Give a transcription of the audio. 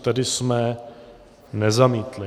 Tedy jsme nezamítli.